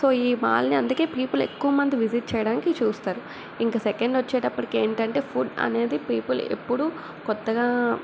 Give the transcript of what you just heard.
so ఈ మాల్ని అందుకే పీపుల్ ఎక్కువ మంది విజిట్ చేయడానికి చూస్తారు ఇంకా సెకండ్ వచ్చేటప్పటికి ఏంటంటే ఫుడ్ అనేది పీపుల్ ఎప్పుడు కొత్తగా